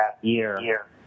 year